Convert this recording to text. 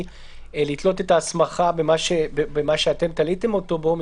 לתלות את ההסמכה במה שאתם תליתם אותו בו,